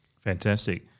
Fantastic